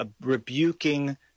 rebuking